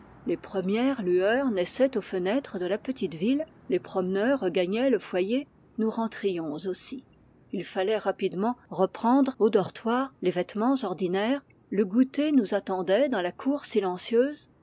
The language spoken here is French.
les premières lueurs naissaient aux fenêtres de la petite ville les promeneurs regagnaient le foyer nous rentrions aussi il fallait rapidement reprendre au dortoir les vêtements ordinaires le goûter nous attendait dans la cour silencieuse